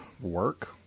work